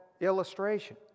illustration